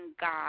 God